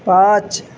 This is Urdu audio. پانچ